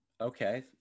Okay